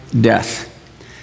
death